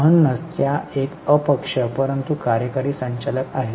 म्हणूनच त्या एक अपक्ष परंतु कार्यकारी संचालक आहेत